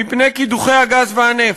מפני קידוחי הגז והנפט.